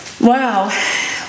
Wow